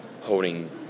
holding